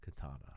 katana